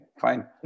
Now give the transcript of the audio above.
fine